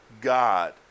God